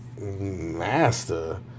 master